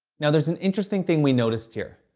now, there's an interesting thing we noticed here.